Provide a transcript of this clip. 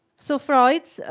so freud,